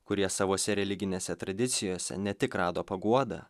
kurie savose religinėse tradicijose ne tik rado paguodą